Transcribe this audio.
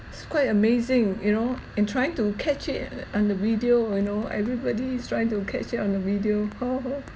it's quite amazing you know and trying to catch it on the video you know everybody is trying to catch it on the video [ho] [ho]